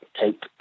take